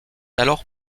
alors